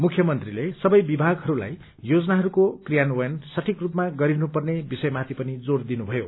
मुख्यमन्त्रीले सवै विभागहरूलाई योजनाको कियान्वयन सठिक समयमा गरिनु पर्ने विषयमाथि पनि जोर दिनुथयो